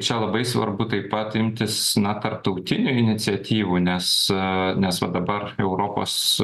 čia labai svarbu taip pat imtis na tarptautinių iniciatyvų nes aaa nes va dabar europos